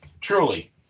Truly